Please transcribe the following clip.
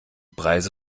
preise